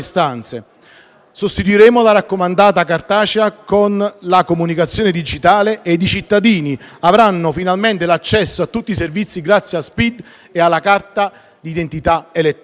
Sostituiremo la raccomandata cartacea con la comunicazione digitale ed i cittadini avranno finalmente l'accesso a tutti i servizi, grazie allo SPID e alla carta d'identità elettronica.